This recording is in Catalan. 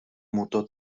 motor